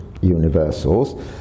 universals